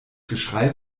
geschrei